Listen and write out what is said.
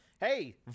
Hey